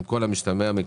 עם כל המשתמע מכך,